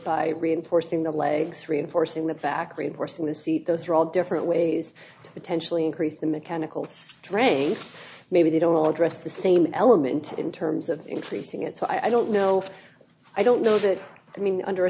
by reinforcing the legs reinforcing the back reinforcing the seat those are all different ways to potentially increase the mechanical drain maybe they don't address the same element in terms of increasing it so i don't know i don't know that i mean under a